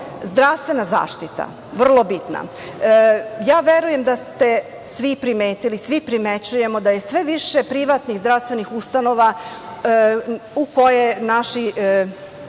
zdravstvena zaštita, vrlo bitna, ja verujem da ste svi primetili i svi primećujemo da je sve više zdravstvenih ustanova, u koje naši